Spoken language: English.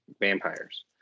Vampires